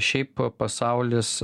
šiaip pasaulis